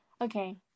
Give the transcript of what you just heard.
okay